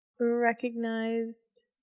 recognized